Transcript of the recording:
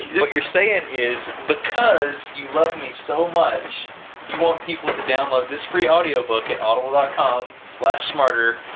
what you're say and is, because you love me so much you want people to download this free audiobook at audible dot com smarter,